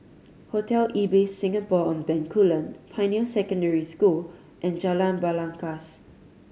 Hotel Ibis Singapore On Bencoolen Pioneer Secondary School and Jalan Belangkas